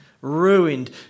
ruined